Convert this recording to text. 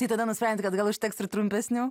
tai tada nusprendėt kad gal užteks ir trumpesnių